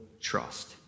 trust